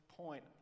point